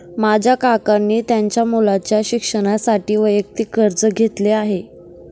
माझ्या काकांनी त्यांच्या मुलाच्या शिक्षणासाठी वैयक्तिक कर्ज घेतले आहे